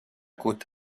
côte